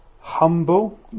humble